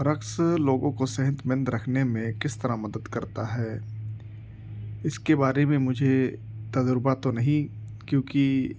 رقص لوگوں کو صحت مند رکھنے میں کس طرح مدد کرتا ہے اس کے بارے میں مجھے تجربہ تو نہیں کیونکہ